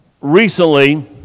Recently